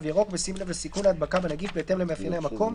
ירוק" בשים לב לסיכון להדבקה בנגיף בהתאם למאפייני המקום,